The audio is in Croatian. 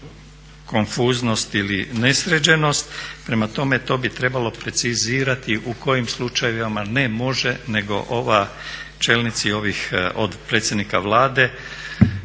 konfuznost ili nesređenost. Prema tome, to bi trebalo precizirati u kojim slučajevima ne može nego čelnici ovih od predsjednika Vlade,